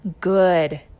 good